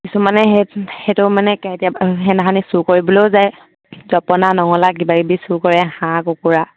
কিছুমানে সেই সেইটো মানে কেতিয়াবা সেদিনাখিনি চুৰ কৰিবলৈও যায় জপনা নঙলা কিবা কিবি চুৰ কৰে হাঁহ কুকুৰা